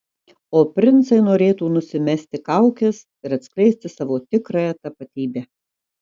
o princai norėtų nusimesti kaukes ir atskleisti savo tikrąją tapatybę